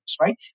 right